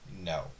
No